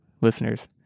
listeners